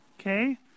Okay